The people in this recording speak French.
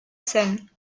scène